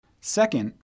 Second